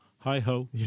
Hi-ho